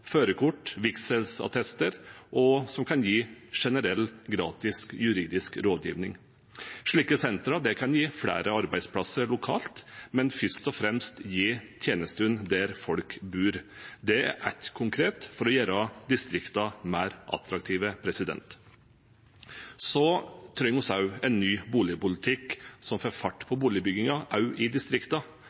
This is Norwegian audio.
førerkort og vigselsattester, og som kan gi generell gratis juridisk rådgivning. Slike sentere kan gi flere arbeidsplasser lokalt, men først og fremst kan de gi tjenestene der folk bor. Det er ett konkret tiltak for å gjøre distriktene mer attraktive. Så trenger vi også en ny boligpolitikk som får fart på boligbyggingen, også i